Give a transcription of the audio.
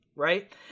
right